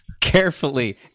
Carefully